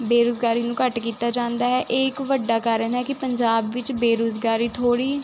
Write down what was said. ਬੇਰੁਜ਼ਗਾਰੀ ਨੂੰ ਘੱਟ ਕੀਤਾ ਜਾਂਦਾ ਹੈ ਇਹ ਇੱਕ ਵੱਡਾ ਕਾਰਨ ਹੈ ਕਿ ਪੰਜਾਬ ਵਿੱਚ ਬੇਰੁਜ਼ਗਾਰੀ ਥੋੜ੍ਹੀ